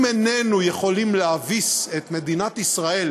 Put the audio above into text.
אם איננו יכולים להביס את מדינת ישראל